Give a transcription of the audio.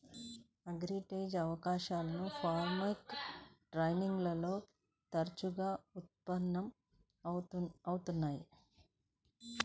arbitrage అవకాశాలు forex trading లో తరచుగా ఉత్పన్నం అవుతున్నయ్యి